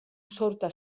sorta